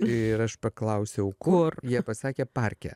ir aš paklausiau kur jie pasakė parke